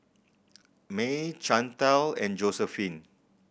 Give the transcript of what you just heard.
Mae Chantal and Josephine